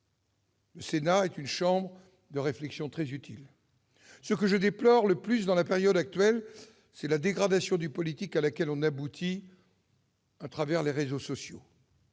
Le Sénat est une chambre de réflexion très utile. Ce que je déplore le plus dans la période actuelle, c'est la dégradation du politique à laquelle on aboutit à travers les réseaux sociaux.